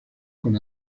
con